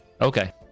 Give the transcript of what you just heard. Okay